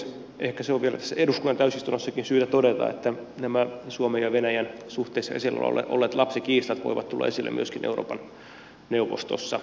ehkä se on vielä tässä eduskunnan täysistunnossakin syytä todeta että nämä suomen ja venäjän suhteessa esillä olleet lapsikiistat voivat tulla esille myöskin euroopan neuvostossa